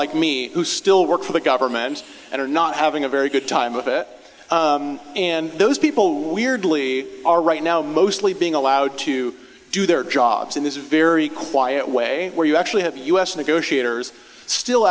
like me who still work for the government and are not having a very good time of it and those people weirdly are right now mostly being allowed to do their jobs in this very quiet way where you actually have u s negotiators still